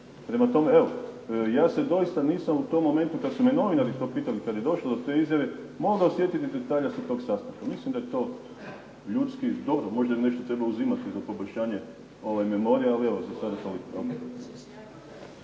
Prema tome, evo ja se doista nisam u tom momentu kad su me novinari to pitali, kad je došlo do te izjave, mogao sjetiti detalja sa tog sastanka. Mislim da je to ljudski. Dobro, možda je nešto trebalo uzeti za poboljšanje memorije, ali evo za sada toliko.